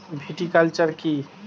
Viticulture কী?